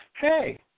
hey